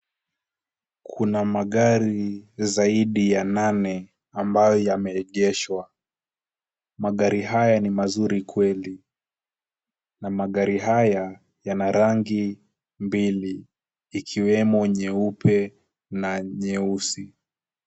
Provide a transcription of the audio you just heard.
Kuna magari zaidi ya Nane, ambayo yamerejeshwa, magari haya ni mazuri kweli. na magari haya Yana rangi mbili ikiwemo nyeupe na nyeusi.